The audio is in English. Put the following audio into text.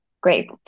Great